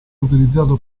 utilizzato